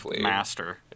master